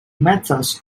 metas